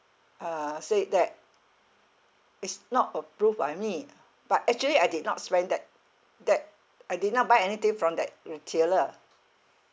uh said that it's not approved by me but actually I did not spend that that I did not buy anything from that retailer